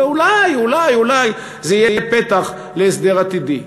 ואולי זה יהיה פתח להסדר עתידי.